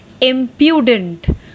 impudent